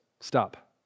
stop